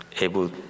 able